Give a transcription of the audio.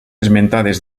esmentades